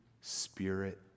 Spirit